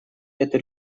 эту